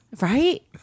right